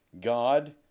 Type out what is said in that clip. God